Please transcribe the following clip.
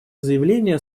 заявления